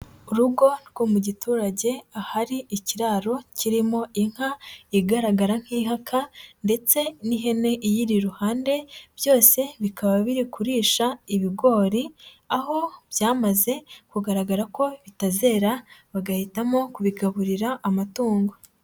Urugo rwo mu giturage ahari ikiraro kirimo inka igaragara nk'ihaka, ndetse n'ihene iyiri iruhande. Byose bikaba biri kurisha ibigori, aho byamaze kugaragara ko bitazera, bagahitamo kubigaburira amatungo.